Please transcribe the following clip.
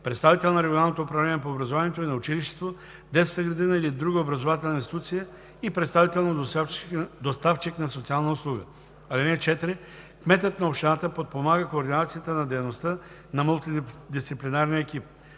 представител на регионалното управление по образованието и на училището, детската градина или друга образователна институция и представител на доставчик на социална услуга. (4) Кметът на общината подпомага координацията на дейността на мултидисциплинарния екип.